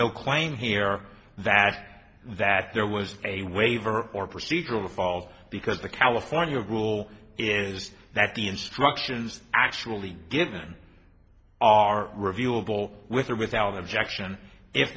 no claim here that that there was a waiver or procedural fault because the california rule is that the instructions actually given are reviewable with or without objection if